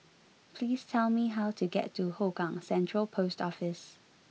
please tell me how to get to Hougang Central Post Office